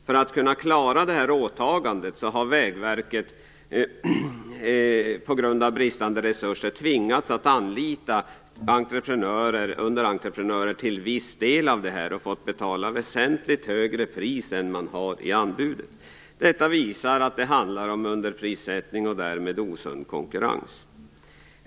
För att kunna klara detta åtagande har Vägverket på grund av bristande resurser till viss del tvingats anlita underentreprenörer och fått betala ett väsentligt högre pris jämfört med anbudet. Detta visar att det handlar om underprissättning och därmed om osund konkurrens.